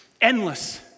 endless